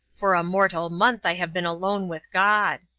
for a mortal month i have been alone with god.